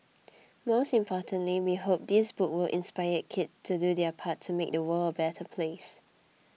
most importantly we hope this book will inspire kids to do their part to make the world a better place